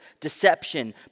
deception